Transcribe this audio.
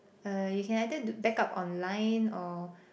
uh you can either do back up online or